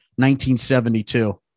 1972